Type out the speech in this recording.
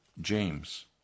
James